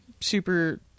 super